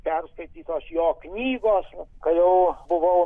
perskaitytos jo knygos kai jau buvau